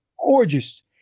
gorgeous